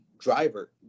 driver